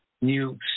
new